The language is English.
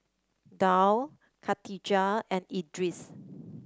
Daud Khatijah and Idris